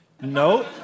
No